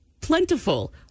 plentiful